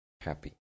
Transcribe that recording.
happy